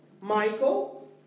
Michael